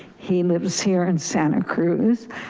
he lives here in santa cruz.